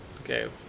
Okay